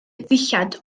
ddillad